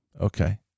Okay